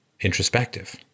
introspective